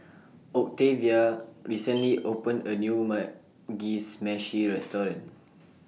Octavio recently opened A New Mugi Meshi Restaurant